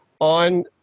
on